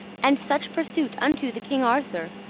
and such pursuit unto the king arthour,